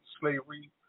slavery